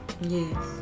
Yes